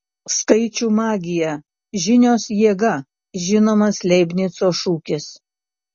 skaičių magija žinios jėga žinomas leibnico šūkis